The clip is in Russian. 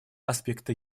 аспекта